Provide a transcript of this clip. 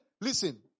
listen